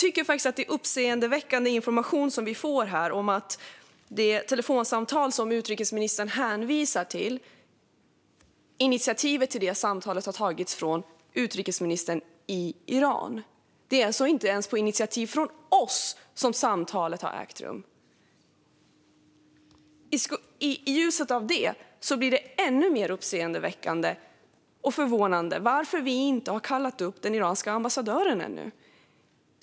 Det är uppseendeväckande information vi får om att initiativet till det telefonsamtal utrikesministern hänvisar till togs av den iranska utrikesministern. Det är alltså inte ens på initiativ av oss samtalet har ägt rum. I ljuset av detta blir det ännu mer uppseendeväckande och förvånande att vi inte har kallat upp den iranska ambassadören ännu.